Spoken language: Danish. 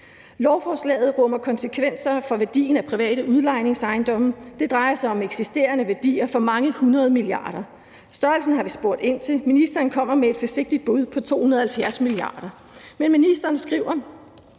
Lovforslaget rummer konsekvenser for værdien af private udlejningsejendomme, og det drejer sig om eksisterende værdier for mange hundrede milliarder kroner. Størrelsen har vi spurgt ind til, og ministeren kommer med et forsigtigt bud på 270 mia. kr. Men ministeren skriver,